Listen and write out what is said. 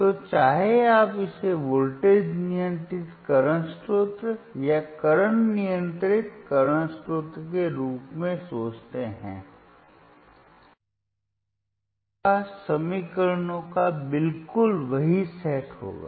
तो चाहे आप इसे वोल्टेज नियंत्रित वर्तमान स्रोत या करंट नियंत्रित करंट स्रोत के रूप में सोचते हैं आपके पास समीकरणों का बिल्कुल वही सेट होगा